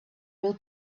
will